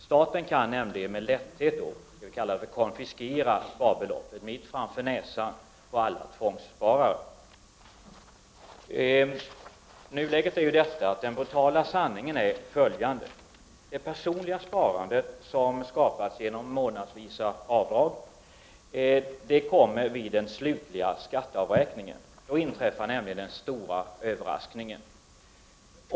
Staten kan nämligen med lätthet konfiskera sparbeloppet mitt framför näsan på alla tvångssparare. I nuläget är den brutala sanningen följande. Det personliga sparandet skapas genom månadsvisa avdrag. Vid den slutliga skatteavräkningen inträffar den stora överraskningen.